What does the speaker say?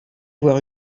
avoir